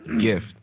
gift